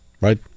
Right